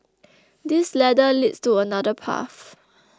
this ladder leads to another path